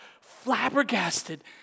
flabbergasted